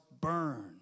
burn